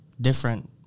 different